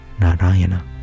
Narayana